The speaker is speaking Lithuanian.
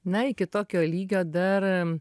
na iki tokio lygio dar